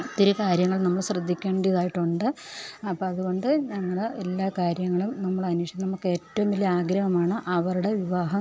ഒത്തിരി കാര്യങ്ങൾ നമ്മൾ ശ്രദ്ധിക്കേണ്ടതായിട്ടുണ്ട് അപ്പം അതുകൊണ്ട് ഞങ്ങൾ എല്ലാ കാര്യങ്ങളും നമ്മളന്വേഷിക്കും നമുക്കേറ്റവും വലിയാഗ്രഹമാണ് അവരുടെ വിവാഹം